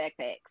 backpacks